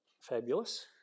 fabulous